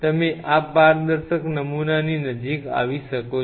તમે આ પારદર્શક નમૂનાની નજીક આવી શકો છો